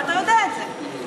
ואתה יודע את זה.